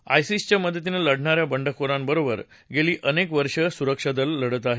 आयसीसीच्या मदतीनं लढणाऱ्या बंडखोरांबरोबर गेली अनेक वर्ष सुरक्षादल लढत आहे